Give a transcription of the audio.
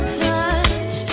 touch